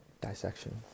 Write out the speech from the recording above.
dissection